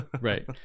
Right